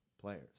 players